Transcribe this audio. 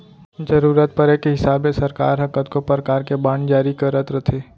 जरूरत परे के हिसाब ले सरकार ह कतको परकार के बांड जारी करत रथे